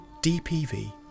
DPV